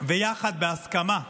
וכשהיא